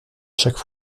chaque